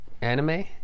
anime